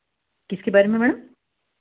किसके बारे में मैम